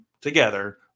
together